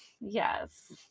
Yes